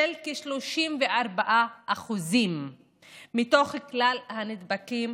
כ-34% מתוך כלל הנדבקים